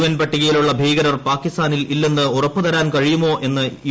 N പട്ടികയിലുള്ള ഭീകരർ പാകിസ്ഥാനിൽ ഇല്ലെന്ന് ഉറപ്പുതരാൻ കഴിയുമോ എന്ന് യു